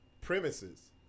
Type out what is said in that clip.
premises